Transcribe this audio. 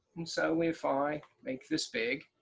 and so if i make this big,